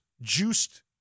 juiced